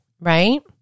right